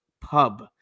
Pub